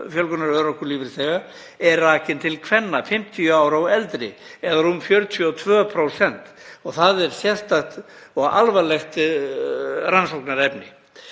fjölgunar örorkulífeyrisþega er rakinn til kvenna 50 ára og eldri, eða rúm 42%. Það er sérstakt og alvarlegt rannsóknarefni.